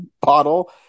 bottle